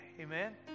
Amen